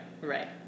right